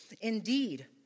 Indeed